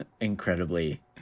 incredibly